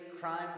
crime